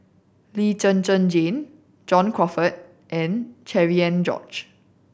Lee Zhen Zhen Jane John Crawfurd and Cherian George